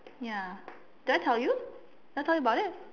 ya did I tell you did I tell you about it